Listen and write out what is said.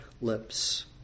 lips